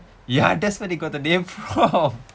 ya that's where they got the name from